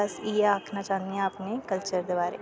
ते बस इयै आखना चाह्न्नी आं अपने कल्चर दे बारे च